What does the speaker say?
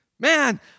Man